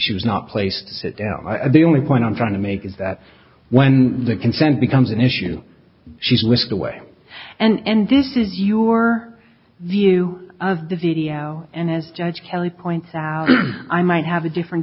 she was not a place to sit down and the only point i'm trying to make is that when the consent becomes an issue she's whisked away and this is your view of the video and as judge kelly points out i might have a different